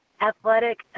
athletic